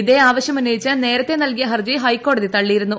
ഇതേ ആവശ്യം ഉന്നയിച്ച് നേരത്തെ നൽകിയ ഹർജി ഹൈക്കോടതി തള്ളിയിരുന്നു